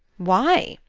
why?